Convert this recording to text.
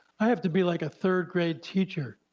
i have to be like a third grade teacher,